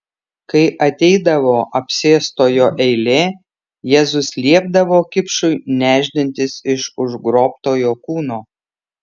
kai ateidavo apsėstojo eilė jėzus liepdavo kipšui nešdintis iš užgrobtojo kūno